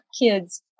kids